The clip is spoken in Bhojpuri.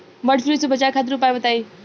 वड फ्लू से बचाव खातिर उपाय बताई?